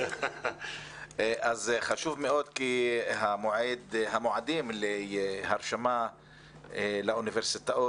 זה חשוב מאוד כי המועדים להרשמה לאוניברסיטאות,